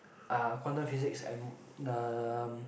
uh quantum physics and um